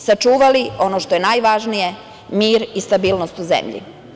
Sačuvali smo ono što je najvažnije - mir i stabilnost u zemlji.